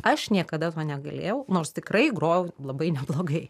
aš niekada to negalėjau nors tikrai grojau labai neblogai